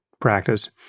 practice